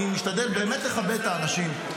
אני משתדל באמת לכבד את האנשים,